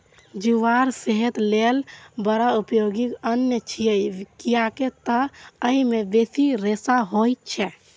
ज्वार सेहत लेल बड़ उपयोगी अन्न छियै, कियैक तं अय मे बेसी रेशा होइ छै